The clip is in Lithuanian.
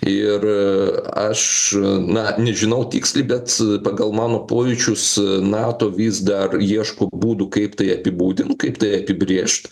ir aš na nežinau tiksliai bet pagal mano pojūčius nato vis dar ieško būdų kaip tai apibūdint kaip tai apibrėžt